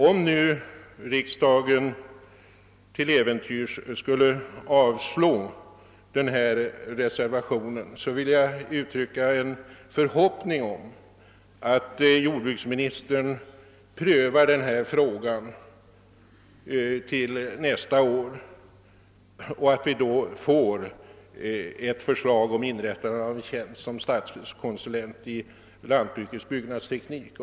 Om nu riksdagen till äventyrs skulle avslå reservationen vill jag uttrycka en förhoppning om att jordbruksministern prövar frågan grundligare till nästa år, så att det då framläggs förslag om inrättande av en tjänst som statskonsulent i lantbrukets byggnadsteknik.